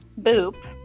Boop